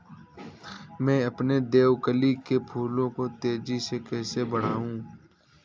मैं अपने देवकली के फूल को तेजी से कैसे बढाऊं?